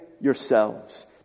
yourselves